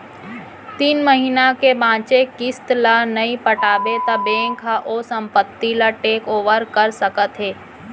तीन महिना के बांचे किस्त ल नइ पटाबे त बेंक ह ओ संपत्ति ल टेक ओवर कर सकत हे